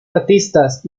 artistas